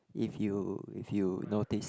if you if you notice